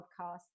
podcast